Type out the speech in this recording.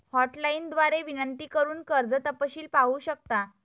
hotline द्वारे विनंती करून कर्ज तपशील पाहू शकता